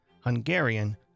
Hungarian